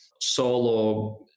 solo